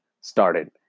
started